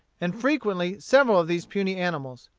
and frequently several of these puny animals.